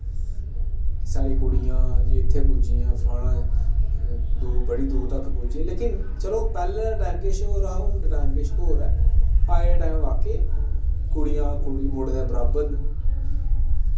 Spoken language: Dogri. साढ़ी कुड़ियां जी उत्थै पुज्जियां फलानां लोग बड़ी दूर तक पुज्जे लेकिन चलो पैह्लें टाईम किश होर हा हून टाईम किश होर ऐ अज्ज दा टाईम बाकाई कुड़ियां मुड़ें दे बराबर न